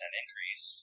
increase